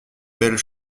belles